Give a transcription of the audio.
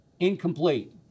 Incomplete